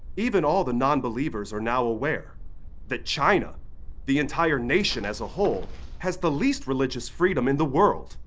even all the non-believers are now aware that china the entire nation as a whole has the least religious freedom in the world.